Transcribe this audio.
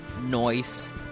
Noise